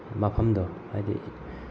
ꯃꯐꯝꯗꯣ ꯍꯥꯏꯗꯤ